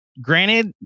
granted